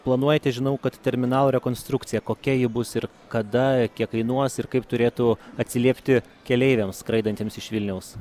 planuojate žinau kad terminalo rekonstrukciją kokia ji bus ir kada kiek kainuos ir kaip turėtų atsiliepti keleiviams skraidantiems iš vilniaus